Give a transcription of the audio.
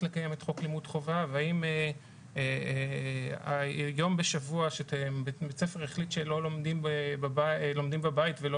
לקיים את חוק לימוד חובה והאם יום בשבוע שבית ספר החליט שלומדים בבית ולא